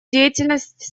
деятельность